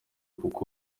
kuko